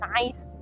nice